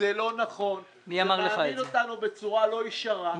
זה לא נכון ומעמיד אותנו בצורה לא ישרה.